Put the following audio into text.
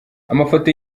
amafoto